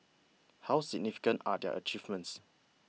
how significant are their achievements